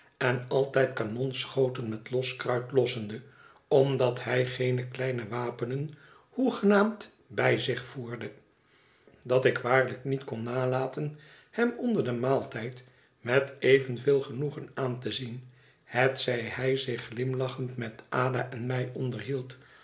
en altijd kanonschoten met los kruit lossende omdat hij geene kleine wapenen hoegenaamd bij zich voerde dat ik waarlijk niet kon nalaten hem onder den maaltijd met evenveel genoegen aan te zien hetzij hij zich glimlachend met a da en mij